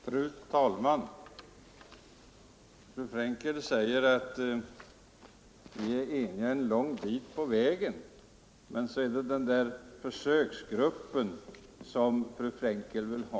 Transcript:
Fru talman! Fru Frenkel säger att hon och jag är eniga en lång bit på vägen. Men så är det den där försöksgruppen som fru Frankel vill ha.